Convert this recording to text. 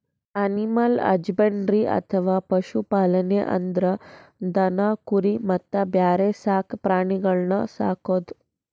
animal husbandry ಅಥವಾ ಪಶು ಪಾಲನೆ ಅಂದ್ರ ದನ ಕುರಿ ಮತ್ತ್ ಬ್ಯಾರೆ ಸಾಕ್ ಪ್ರಾಣಿಗಳನ್ನ್ ಸಾಕದು